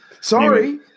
Sorry